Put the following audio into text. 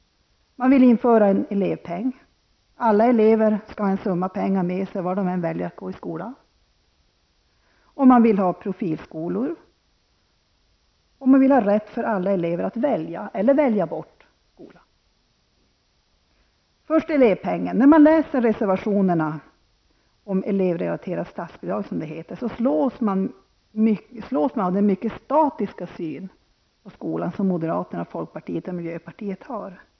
Man vill införa en elevpeng. Alla elever skall ha en summa pengar med sig oavsett var de väljer att gå i skola. Man vill också ha profilskolor. Dessutom vill man att alla elever skall ha rätt att välja, eller välja bort, skola. Först några ord om elevpengen. När man läser reservationerna om elevrelaterat statsbidrag, som det heter, slås man av den mycket statiska syn på skolan som moderaterna, folkpartiet och miljöpartiet har.